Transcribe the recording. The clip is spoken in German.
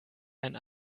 ein